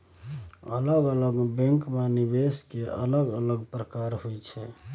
अलग अलग बैंकमे निवेश केर अलग अलग प्रकार होइत छै